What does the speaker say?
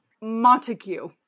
Montague